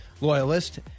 loyalist